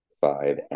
Five